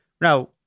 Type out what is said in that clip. now